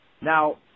now